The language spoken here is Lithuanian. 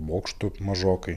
bokštų mažokai